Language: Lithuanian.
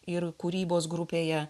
ir kūrybos grupėje